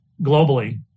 globally